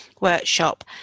workshop